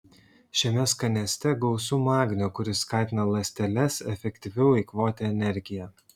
šiame skanėste gausu magnio kuris skatina ląsteles efektyviau eikvoti energiją